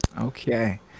Okay